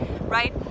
right